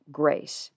grace